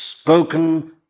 spoken